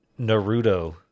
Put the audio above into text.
Naruto